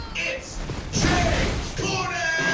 it's james corden!